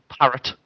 parrot